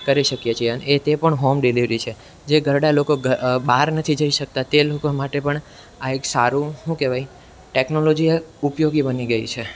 કરી શકીએ છીએ અને એ તે પણ હોમ ડિલેવરી છે જે ઘરડા લોકો બહાર નથી જઈ શકતા તે લોકો માટે પણ આ એક સારું શું કહેવાય ટેકનોલોજી એ ઉપયોગી બની ગઈ છે